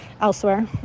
elsewhere